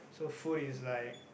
so food is like